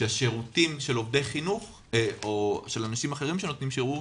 שהשירותים של עובדי חינוך או של אנשים אחרים שנותנים שירות,